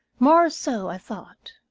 more so, i thought.